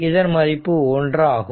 இதன் மதிப்பு ஒன்றாகும்